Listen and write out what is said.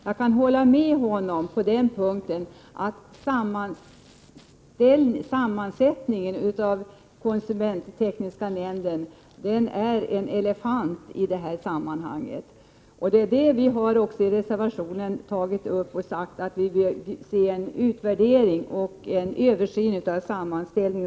Jag kan hålla med honom på en punkt, nämligen att konsumenttekniska nämndens sammansättning är en elefant i detta sammanhang. Detta har vi också berört i reservation 3. Vi säger där att vi vill ha en utvärdering och en översyn av nämndens sammansättning.